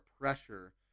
pressure